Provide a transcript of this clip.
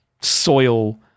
soil